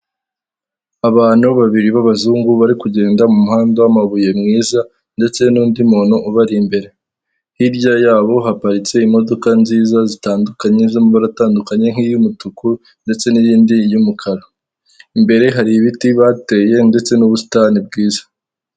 Abantu babiri b'abazungu bari kugenda mu muhanda w'amabuye mwiza, ndetse n'undi muntu ubari imbere, hirya yabo haparitse imodoka nziza zitandukanye z'amabara atandukanye nk'iy'umutuku ndetse n'iyindi y'umukara, imbere hari ibiti bateye ndetse n'ubusitani bwiza.